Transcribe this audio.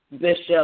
Bishop